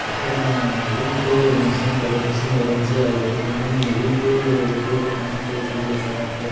அப்புறோம் வீட்டிலேயே ஒரு மிஷின் பழைய மிஷின் இருந்துச்சி அதை ரெடி பண்ணி வீட்டிலே இந்த கிழிஞ்ச பேண்ட்டு கிழிஞ்ச ஷேர்ட்டு